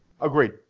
agreed